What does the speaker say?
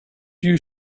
you